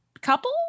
couple